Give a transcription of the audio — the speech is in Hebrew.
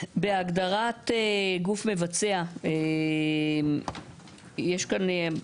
בהגדרת גוף מבצע, יש כאן,